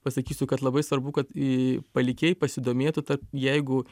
pasakysiu kad labai svarbu kad į palikėjai pasidomėtų tarp jeigu